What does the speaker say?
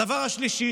הדבר השלישי,